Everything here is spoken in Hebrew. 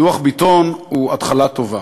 דוח ביטון הוא התחלה טובה.